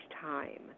time